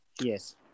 Yes